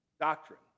doctrine